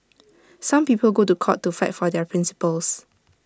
some people go to court to fight for their principles